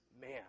man